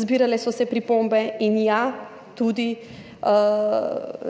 Zbirale so se pripombe in se bodo tudi